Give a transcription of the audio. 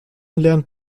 lernt